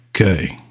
Okay